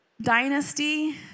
dynasty